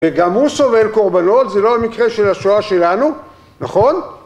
וגם הוא סובל קורבנות, זה לא המקרה של השואה שלנו, נכון?